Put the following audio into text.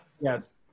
Yes